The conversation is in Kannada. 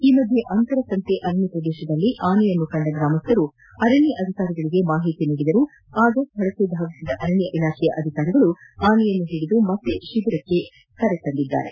ಈ ಮಧ್ಯೆ ಅಂತರಸಂತೆ ಅರಣ್ಯ ಪ್ರದೇಶದಲ್ಲಿ ಆನೆಯನ್ನು ಕಂಡ ಗ್ರಾಮಸ್ಥರು ಆರಣ್ಯ ಅಧಿಕಾರಿಗಳಿಗೆ ಮಾಹಿತಿ ನೀಡಿದರು ಆಗ ಸ್ಥಳಕ್ಕೆ ಧಾವಿಸಿದ ಅರಣ್ಯ ಇಲಾಖೆ ಅಧಿಕಾರಿಗಳು ಆನೆಯನ್ನು ಹಿಡಿದು ಮತ್ತೆ ಶಿಬಿರಕ್ಕೆ ಕರೆತಂದಿದ್ದಾರೆ